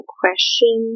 question